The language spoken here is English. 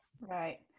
right